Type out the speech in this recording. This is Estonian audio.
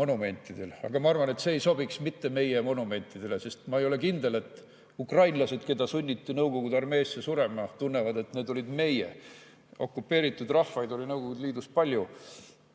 monumentidel. Aga ma arvan, et see ei sobiks mittemeie monumentidele, sest ma ei ole kindel, et ukrainlased, keda sunniti Nõukogude armeesse surema, tunnevad, et need olid "meie". Okupeeritud rahvaid oli Nõukogude Liidus palju.